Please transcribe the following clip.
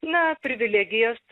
na privilegijas